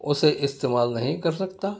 اسے استعمال نہیں کر سکتا